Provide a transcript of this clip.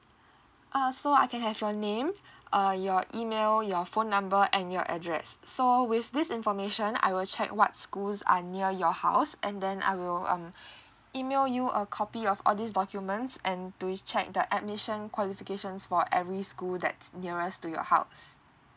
uh so I can have your name uh your email your phone number and your address so with this information I will check what schools are near your house and then I will um email you a copy of all these documents and do check the admission qualifications for every school that's nearest to your house